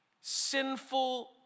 sinful